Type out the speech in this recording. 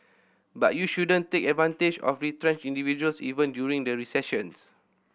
but you shouldn't take advantage of retrenched individuals even during a recession